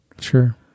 Sure